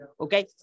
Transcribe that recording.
Okay